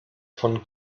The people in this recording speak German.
von